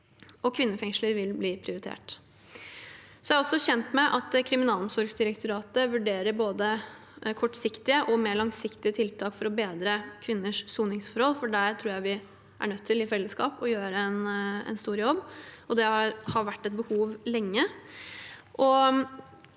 Kvinnefengsler vil bli prioritert. Jeg er også kjent med at Kriminalomsorgsdirektoratet, KDI, vurderer både kortsiktige og mer langsiktige tiltak for å bedre kvinners soningsforhold, for der tror jeg vi i fellesskap er nødt til å gjøre en stor jobb. Det har vært et behov lenge.